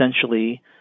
essentially